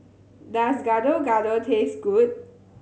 does Gado Gado taste good